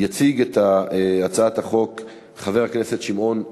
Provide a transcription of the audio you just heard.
יציג את הצעת החוק חבר הכנסת שמעון סולומון,